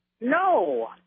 no